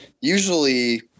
Usually